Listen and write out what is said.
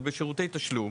אבל בשירותי תשלום